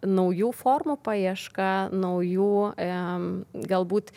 naujų formų paieška naujų galbūt